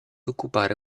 occupare